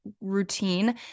routine